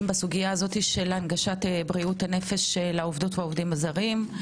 בסוגיה הזאת של הנגשת בריאות הנפש לעובדות והעובדים הזרים.